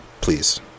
Please